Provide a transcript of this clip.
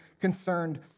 concerned